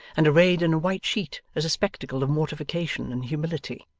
and arrayed in a white sheet as a spectacle of mortification and humility!